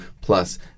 plus